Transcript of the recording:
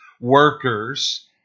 workers